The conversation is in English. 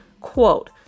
Quote